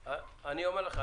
אני אומר לך,